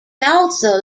also